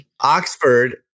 Oxford